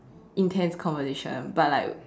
intense conversation but like